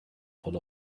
full